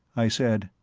i said.